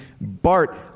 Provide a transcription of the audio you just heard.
Bart